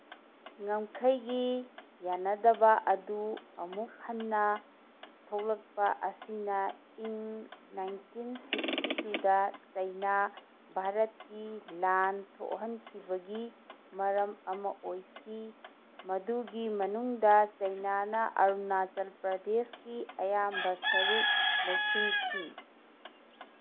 ꯉꯝꯈꯩꯒꯤ ꯌꯥꯅꯗꯕ ꯑꯗꯨ ꯑꯃꯨꯛ ꯍꯟꯅ ꯊꯣꯛꯂꯛꯄ ꯑꯁꯤꯅ ꯏꯪ ꯅꯥꯏꯟꯇꯤꯟ ꯁꯤꯛꯁꯇꯤ ꯇꯨꯗ ꯆꯩꯅꯥ ꯚꯥꯔꯠꯀꯤ ꯂꯥꯟ ꯊꯣꯛꯍꯟꯈꯤꯕꯒꯤ ꯃꯔꯝ ꯑꯃ ꯑꯣꯏꯈꯤ ꯃꯗꯨꯒꯤ ꯃꯅꯨꯡꯗ ꯆꯩꯅꯥꯅ ꯑꯔꯨꯅꯥꯆꯜ ꯄ꯭ꯔꯗꯦꯁꯀꯤ ꯑꯌꯥꯝꯕ ꯁꯔꯨꯛ ꯂꯧꯁꯤꯟꯈꯤ